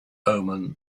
omen